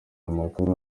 amakuru